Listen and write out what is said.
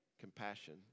Compassion